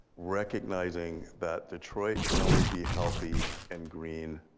recognizing that detroit can only be healthy and green